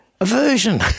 Aversion